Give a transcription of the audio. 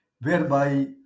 whereby